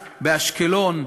באשקלון,